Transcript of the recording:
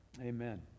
Amen